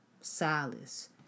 Silas